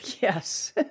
Yes